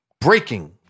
Breaking